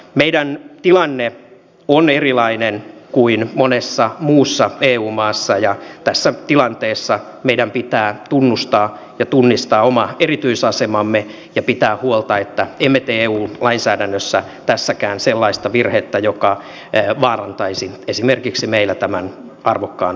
meidän tilanteemme on erilainen kuin monessa muussa eu maassa ja tässä tilanteessa meidän pitää tunnustaa ja tunnistaa oma erityisasemamme ja pitää huolta että emme tee eu lainsäädännössä tässäkään sellaista virhettä joka vaarantaisi esimerkiksi meillä tämän arvokkaan harrastuksen